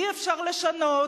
ואי-אפשר לשנות,